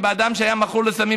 אדם שהיה מכור לסמים,